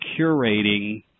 curating